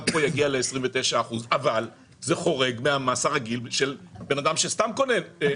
כן יגיע ל-29 אחוזים אבל זה חורג מהמס הרגיל של בן אדם שסתם קונה.